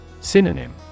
Synonym